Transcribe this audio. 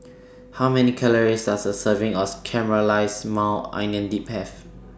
How Many Calories Does A Serving of Caramelized Maui Onion Dip Have